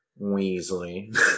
Weasley